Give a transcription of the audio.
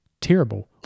terrible